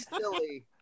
silly